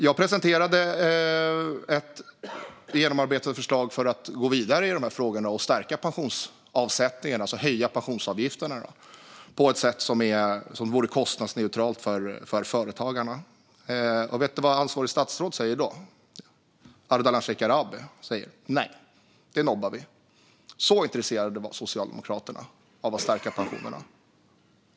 Jag presenterade ett genomarbetat förslag för att stärka pensionsavsättningarna och höja pensionsavgifterna på ett sätt som vore kostnadsneutralt för företagarna, men ansvarigt statsråd Ardalan Shekarabi nobbade det. Så intresserade var Socialdemokraterna av att stärka pensionerna.